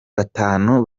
batanu